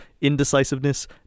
indecisiveness